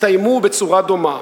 הסתיימו בצורה דומה.